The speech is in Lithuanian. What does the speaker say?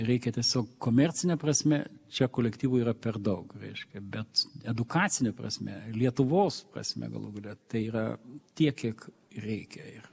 reikia tiesiog komercine prasme čia kolektyvų yra per daug reiškia bet edukacine prasme lietuvos prasme galų gale tai yra tiek kiek reikia ir